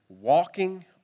walking